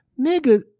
Nigga